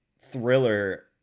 thriller